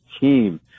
team